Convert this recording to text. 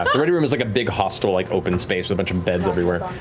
the ready room is like a big hostel-like open space with a bunch of beds everywhere.